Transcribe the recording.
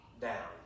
down